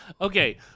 Okay